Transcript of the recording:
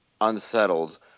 unsettled